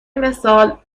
مثال